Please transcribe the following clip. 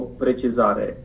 precizare